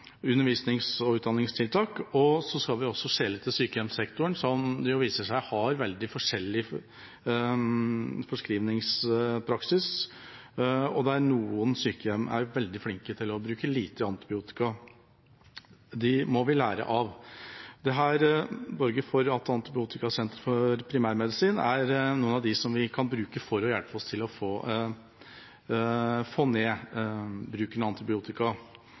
undervisnings- og utdanningstiltak. Så skal vi også skjele til sykehjemssektoren, som viser seg å ha veldig forskjellig forskrivningspraksis. Noen sykehjem er veldig flinke til å bruke lite antibiotika. Dem må vi lære av. Dette borger for at Antibiotikasenteret for primærmedisin er en av dem vi kan bruke for å hjelpe oss med å få ned bruken av antibiotika,